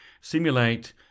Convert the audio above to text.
simulate